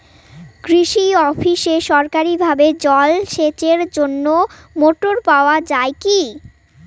কৃষি অফিসে সরকারিভাবে জল সেচের জন্য মোটর পাওয়া যায় কি?